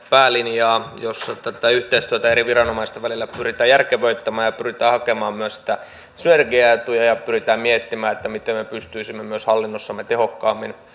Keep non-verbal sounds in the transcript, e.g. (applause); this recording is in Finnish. (unintelligible) päälinja jossa tätä yhteistyötä eri viranomaisten välillä pyritään järkevöittämään ja pyritään hakemaan myös synergiaetuja ja pyritään miettimään miten me myös pystyisimme hallinnossamme tehokkaammin